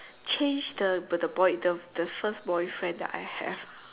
change the the boy the the first boyfriend that I have